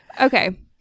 Okay